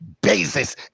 basis